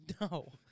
No